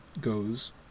goes